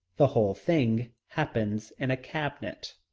the whole thing happens in a cabinet.